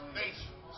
nations